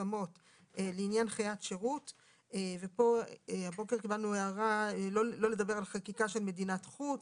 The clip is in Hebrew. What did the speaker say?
מיושמות לעניין חיית שירות בחקיקה של מדינת חוץ